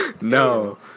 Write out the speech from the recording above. No